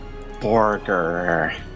Borger